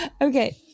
okay